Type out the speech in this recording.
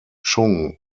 chung